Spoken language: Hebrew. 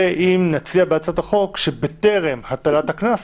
אם נציע בהצעת החוק שבטרם הטלת הקנס